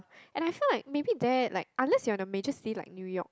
and I feel like maybe there like unless you are in a major city like New York